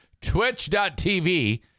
twitch.tv